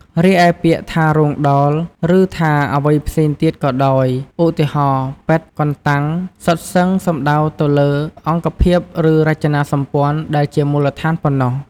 រីឯ ពាក្យថារោងដោល ឬថាអ្វីផ្សេងទៀតក៏ដោយ ឧទាហរណ៍ ប៉ិត, កន្តាំង... សុទ្ធសឹង សំដៅទៅលើអង្គភាពឬរចនាសម្ព័ន្ធដែលជាមូលដ្ឋានប៉ុណ្ណោះ។